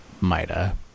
Mida